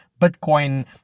bitcoin